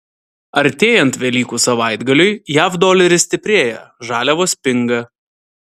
artėjant velykų savaitgaliui jav doleris stiprėja žaliavos pinga